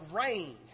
rain